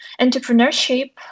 entrepreneurship